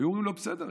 היו אומרים לו: בסדר,